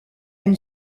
une